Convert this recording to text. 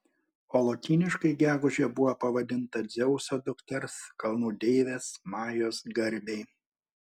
o lotyniškai gegužė buvo pavadinta dzeuso dukters kalnų deivės majos garbei